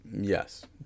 Yes